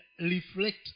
reflect